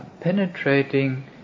penetrating